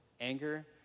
anger